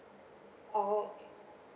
oh okay